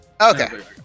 Okay